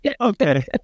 Okay